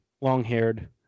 long-haired